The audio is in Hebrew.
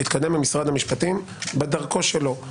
זה יתקדם במשרד המשפטים בדרכו שלו.